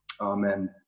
amen